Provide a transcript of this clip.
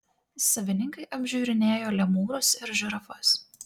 savininkai apžiūrinėjo lemūrus ir žirafas